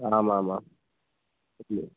आमामां सम्यक्